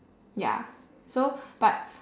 ya so but